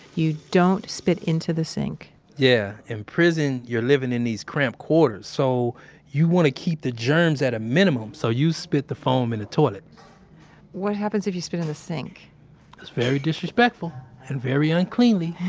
you don't spit into the sink yeah. in prison, you're living in these cramped quarters, so you want to keep the germs at a minimum, so you spit the foam in the toilet what happens if you spit in the sink? that's very disrespectful and very uncleanly